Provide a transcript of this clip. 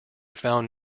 found